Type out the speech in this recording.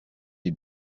des